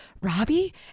Robbie